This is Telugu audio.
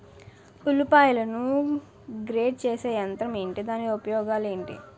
ఉల్లిపాయలను గ్రేడ్ చేసే యంత్రం ఏంటి? దాని ఉపయోగాలు ఏంటి?